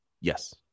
Yes